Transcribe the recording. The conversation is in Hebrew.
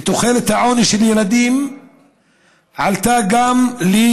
ותחולת העוני בקרב ילדים גם עלתה,